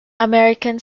american